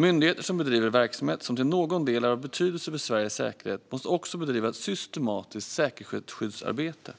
Myndigheter som bedriver verksamhet som till någon del är av betydelse för Sveriges säkerhet måste också bedriva ett systematiskt säkerhetsskyddsarbete.